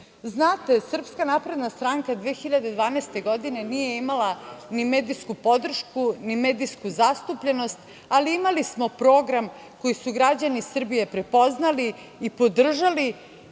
borite? Znate, Srpska napredna stranka 2012. godine nije imala ni medijsku podršku ni medijsku zastupljenost, ali imali smo program koji su građani Srbije prepoznali i podržali